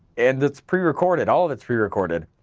and it's pre-recorded, all of it's pre-recorded,